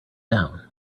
down